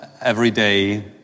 everyday